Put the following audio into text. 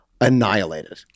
annihilated